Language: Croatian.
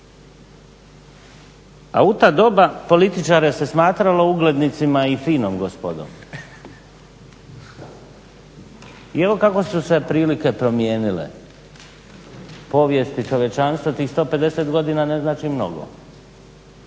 A u ta doba političare se smatralo uglednicima i finom gospodom. I evo kako su se prilike promijenile, povijesti čovječanstva tih 150 godina ne znači mnogo,